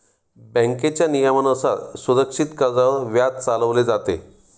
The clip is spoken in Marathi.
बँकेच्या नियमानुसार सुरक्षित कर्जावर व्याज चालवले जाते